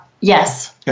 Yes